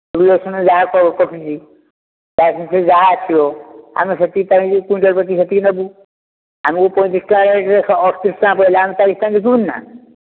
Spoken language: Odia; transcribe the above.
ଦୂରଦର୍ଶନରେ ଯାହା କହୁଛି ତା ଭିତରେ ଯାହା ଆସିବ ଆମେ ସେତିକି ପାଇଁ ପୁଣି ସେତିକି ନେବୁ ଆମକୁ ପୁଣି ଦୁଇ ଟଙ୍କା ରେଟ୍ରେ ଅଠତିରିଶ ଟଙ୍କା ପଡ଼ିଲେ ଆମେ ଚାଳିଶ ଟଙ୍କାରେ ବିକିବୁନି ନା